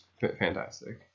fantastic